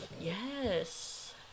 Yes